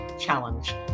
challenge